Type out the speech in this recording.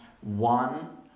One